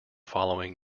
following